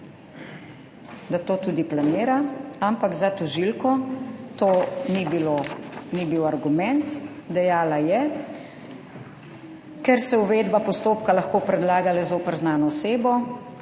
Da to tudi planira. Ampak za tožilko to ni bil argument. Dejala je: »Ker se uvedba postopka lahko predlaga le zoper znano osebo,